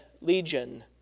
Legion